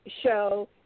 show